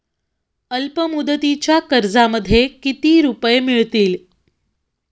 अल्पमुदतीच्या कर्जामध्ये किती रुपये मिळतील?